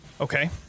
okay